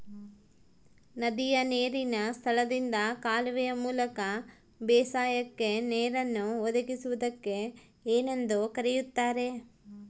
ನದಿಯ ನೇರಿನ ಸ್ಥಳದಿಂದ ಕಾಲುವೆಯ ಮೂಲಕ ಬೇಸಾಯಕ್ಕೆ ನೇರನ್ನು ಒದಗಿಸುವುದಕ್ಕೆ ಏನೆಂದು ಕರೆಯುತ್ತಾರೆ?